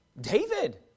David